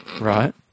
Right